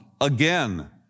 again